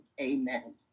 amen